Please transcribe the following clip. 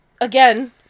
Again